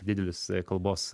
didelius kalbos